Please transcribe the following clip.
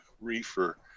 reefer